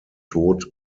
tod